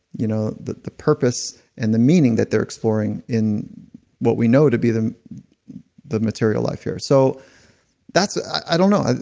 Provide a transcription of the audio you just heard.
you know, the the purpose and the meaning that they're exploring in what we know to be the the material life here. so that's, i don't know.